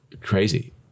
Crazy